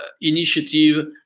initiative